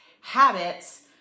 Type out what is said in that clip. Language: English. habits